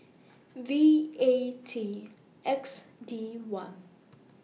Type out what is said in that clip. V A T X D one